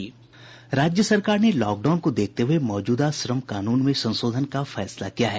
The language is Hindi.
राज्य सरकार ने लॉकडाउन को देखते हुए मौजूदा श्रम कानून में संशोधन का फैसला किया है